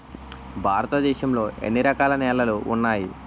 భారతదేశం లో ఎన్ని రకాల నేలలు ఉన్నాయి?